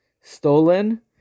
stolen